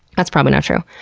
that's probably not true.